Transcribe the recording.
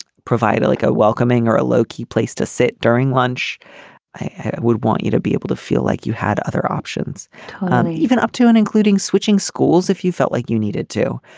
provide like a welcoming or a low key place to sit during lunch i would want you to be able to feel like you had other options even up to and including switching schools if you felt like you needed to.